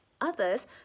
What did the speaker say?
others